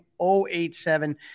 .087